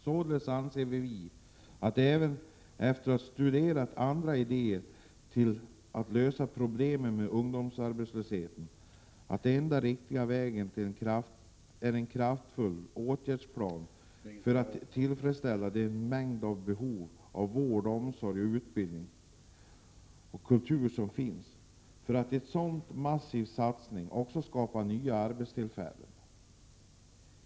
Vi anser, efter att ha studerat andra idéer till lösningar av problemet med ungdomsarbetslösheten, att den enda och riktiga vägen är en kraftfull åtgärdsplan för att tillgodose de många behov som finns inom områdena vård, omsorg, utbildning och kultur. En massiv satsning kan skapa många nya arbetstillfällen.